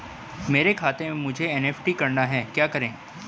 मेरे खाते से मुझे एन.ई.एफ.टी करना है क्या करें?